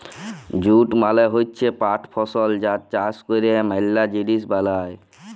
jute মালে হচ্যে পাট ফসল যার চাষ ক্যরে ম্যালা জিলিস বালাই